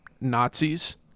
Nazis